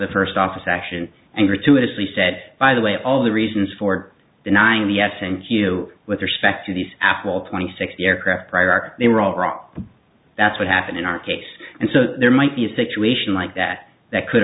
he first office action and gratuitously said by the way all the reasons for denying the f ing you with respect to these apple twenty six the aircraft prior art they were all wrong that's what happened in our case and so there might be a situation like that that could